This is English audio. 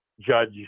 judge